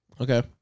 Okay